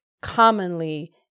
commonly